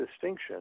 distinction